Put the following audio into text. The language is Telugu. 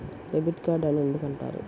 డెబిట్ కార్డు అని ఎందుకు అంటారు?